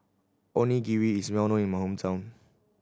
onigiri is well known in my hometown